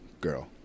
girl